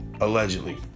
Allegedly